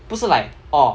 不是 like orh